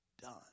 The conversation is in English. done